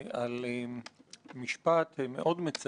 אבל משפט שמצער אותי במיוחד בתגובה שלו הוא